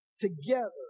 together